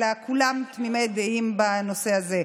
אלא כולם תמימי דעים בנושא הזה.